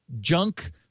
junk